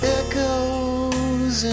echoes